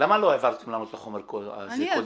למה לא העברתם לנו את החומר הזה קודם?